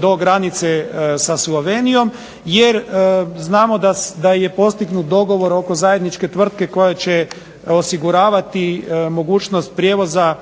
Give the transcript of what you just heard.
do granice sa Slovenijom. Jer znamo da je postignut dogovor oko zajedničke tvrtke koja će osiguravati mogućnost prijevoza